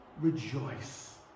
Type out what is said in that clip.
rejoice